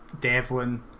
Devlin